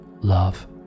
love